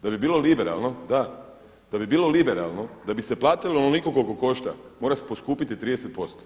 Da bi bilo liberalno da, da bi bilo liberalno, da bi se platilo onoliko koliko košta mora se poskupiti 30%